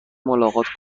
ملاقات